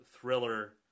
thriller